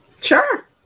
Sure